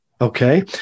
Okay